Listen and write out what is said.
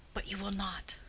but you will not.